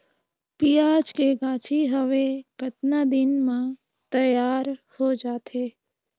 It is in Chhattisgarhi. पियाज के गाछी हवे कतना दिन म तैयार हों जा थे?